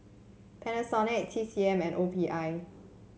Panasonic T C M and O P I